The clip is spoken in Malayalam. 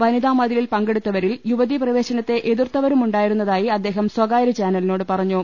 വനിതാ മതിലിൽ പങ്കെടുത്തവരിൽ യുവതീ പ്രവേശ നത്തെ എതിർത്തവരും ഉണ്ടായിരുന്നതായി ് അദ്ദേഹം സ്ഥകാര്യ ചാനലിനോട് പറഞ്ഞു